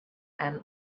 and